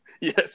Yes